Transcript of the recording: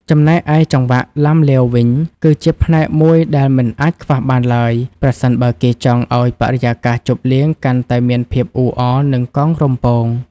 ចំណែកឯចង្វាក់ឡាំលាវវិញ គឺជាផ្នែកមួយដែលមិនអាចខ្វះបានឡើយ ប្រសិនបើគេចង់ឱ្យបរិយាកាសជប់លៀងកាន់តែមានភាពអ៊ូអរ និងកងរំពង។